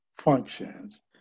functions